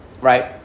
right